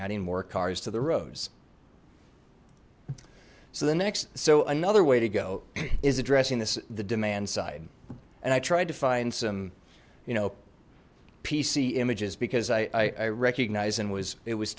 adding more cars to the roads so the next so another way to go is addressing this the demand side and i tried to find some you know pc images because i recognized and was it was